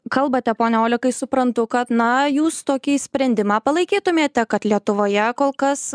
kalbate pone olekai suprantu kad na jūs tokį sprendimą palaikytumėte kad lietuvoje kol kas